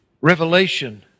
revelation